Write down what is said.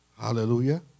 Hallelujah